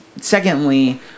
Secondly